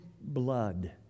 blood